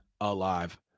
alive